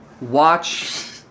Watch